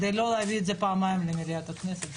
כדי לא להביא את זה פעמיים למליאת הכנסת.